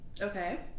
Okay